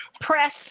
press